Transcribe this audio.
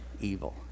evil